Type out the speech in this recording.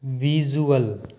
visual